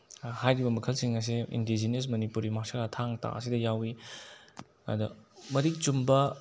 ꯍꯥꯏꯔꯤꯕ ꯃꯈꯜꯁꯤꯡ ꯑꯁꯦ indigenous Manipuri martial art Thang Ta ꯑꯁꯤꯗ ꯌꯥꯎꯋꯤ ꯑꯗꯣ ꯃꯔꯤꯛ ꯆꯨꯝꯕ